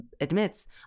admits